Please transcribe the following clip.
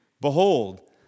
Behold